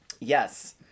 Yes